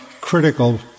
critical